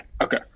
okay